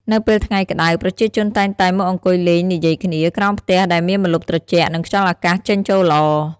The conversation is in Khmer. នៅពេលថ្ងៃក្តៅ ប្រជាជនតែងតែ មកអង្គុយលេង និយាយគ្នា ក្រោមផ្ទះដែលមានម្លប់ត្រជាក់ និងខ្យល់អាកាសចេញចូលល្អ ។